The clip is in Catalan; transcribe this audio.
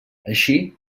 així